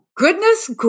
Goodness